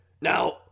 now